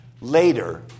later